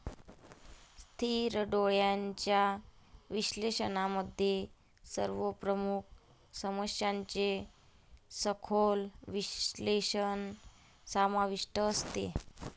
स्थिर डोळ्यांच्या विश्लेषणामध्ये सर्व प्रमुख समस्यांचे सखोल विश्लेषण समाविष्ट असते